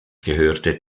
gehörte